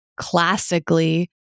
classically